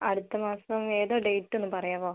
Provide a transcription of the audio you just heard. അടുത്ത മാസം ഏതാണ് ഡേറ്റ് ഒന്ന് പറയാമോ